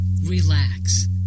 relax